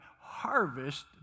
harvest